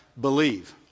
believe